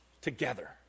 together